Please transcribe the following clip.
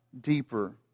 deeper